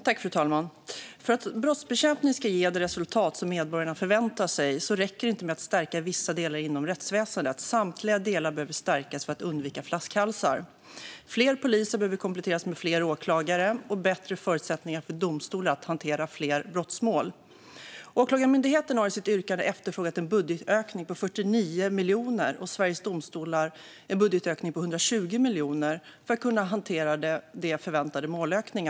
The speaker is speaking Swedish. Fru talman! För att brottsbekämpning ska ge det resultat som medborgarna förväntar sig räcker det inte med att stärka vissa delar av rättsväsendet. För att undvika flaskhalsar behöver man stärka samtliga delar. Fler poliser behöver kompletteras med fler åklagare och bättre förutsättningar för domstolar att hantera fler brottmål. Åklagarmyndigheten har i sitt yrkande efterfrågat en budgetökning på 49 miljoner för att kunna hantera de förväntade målökningarna, och Sveriges Domstolar har efterfrågat en budgetökning på 120 miljoner.